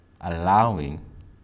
allowing